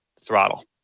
throttle